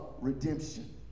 redemption